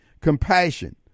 compassion